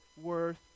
worth